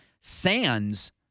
Sands